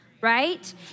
right